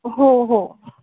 हो हो